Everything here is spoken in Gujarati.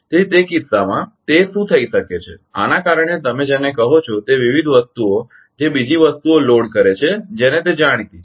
તેથી તે કિસ્સામાં તે શું થઈ શકે છે આને કારણે તમે જેને કહો છો તે વિવિધ વસ્તુઓ જે બીજી વસ્તુઓ લોડ કરે છે જેને તે જાણીતી છે